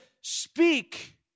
speak